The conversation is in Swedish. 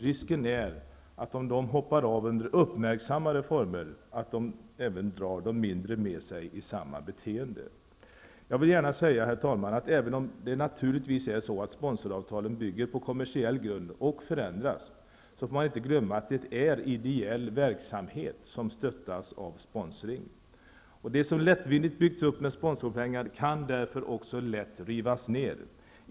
Risken är att de, om de hoppar av under uppmärksammade former, drar med sig de mindre i samma beteende. Herr talman! Även om sponsoravtalen naturligtvis bygger på kommersiell grund och förändras, får man inte glömma att det är ideell verksamhet som stöttas av sponsringen. Det som lättvindigt byggts upp med sponsorpengar kan därför också lätt rivas ner.